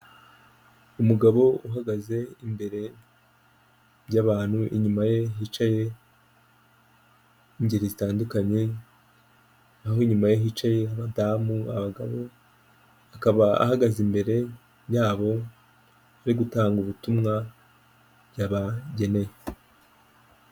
Iyo abayobozi basoje inama bari barimo hari ahantu habugenewe bahurira bakiga ku myanzuro yafashwe ndetse bakanatanga n'umucyo ku bibazo byagiye bigaragazwa ,aho hantu iyo bahageze baraniyakira.